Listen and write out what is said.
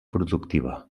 productiva